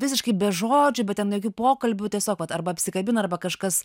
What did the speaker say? visiškai be žodžių be ten jokių pokalbių tiesiog arba apsikabina arba kažkas